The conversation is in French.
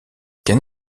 qu’un